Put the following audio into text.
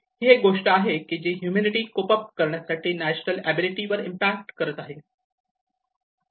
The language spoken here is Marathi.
ही एक गोष्ट आहे जी हम्मुनिटी कोप अप करण्यासाठी नॅचरल अबिलिटी वर इम्पॅक्ट करत आहे